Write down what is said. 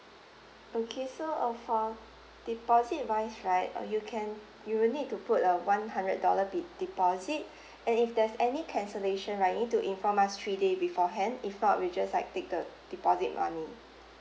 okay so uh for deposit wise right uh you can you will need to put a one hundred dollar de~ deposit and if there's any cancellation right you need to inform us three day beforehand if not we just like take the deposit money